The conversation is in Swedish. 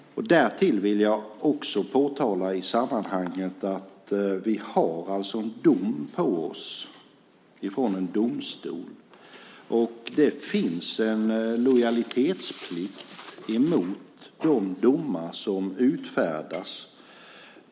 Därtill vill jag påtala i sammanhanget att vi har en dom på oss från en domstol. Det finns en lojalitetsplikt mot de domar som utfärdas.